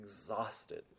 exhausted